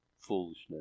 foolishness